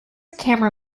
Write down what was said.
camera